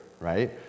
right